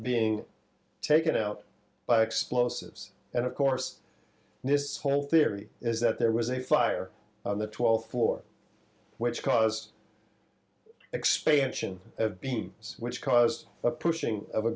being taken out by explosives and of course this whole theory is that there was a fire on the twelfth floor which caused expansion beams which caused the pushing of a